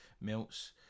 melts